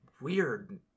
Weird